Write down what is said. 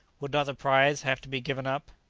would not the prize have to be given up?